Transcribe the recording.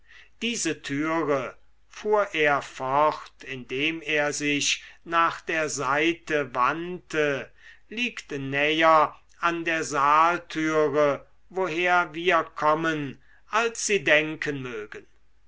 diese türe fuhr er fort indem er sich nach der seite wandte liegt näher an der saaltüre woher wir kommen als sie denken mögen